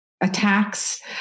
attacks